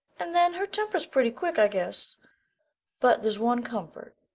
and then, her temper's pretty quick, i guess but there's one comfort,